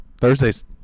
Thursdays